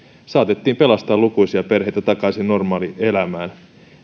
saatettiin pelastaa lukuisia perheitä takaisin normaalielämään